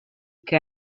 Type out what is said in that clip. que